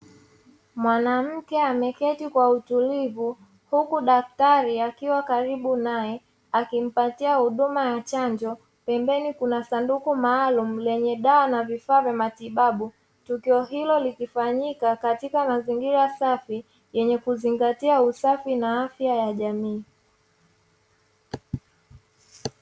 Mwanamke ameketi kwa utulivu huku daktari akiwa karibu naye akimpatia huduma ya chanjo, pembeni kuna sanduku maalumu lenye dawa na vifaa vya matibabu. Tukio hilo likifanyika katika mazingira safi yenye kuzingatia usafi na afya ya jamii.